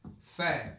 Fab